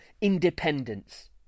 independence